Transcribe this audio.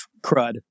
crud